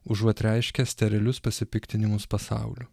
užuot reiškę sterilius pasipiktinimus pasauliu